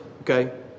Okay